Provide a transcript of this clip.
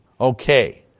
Okay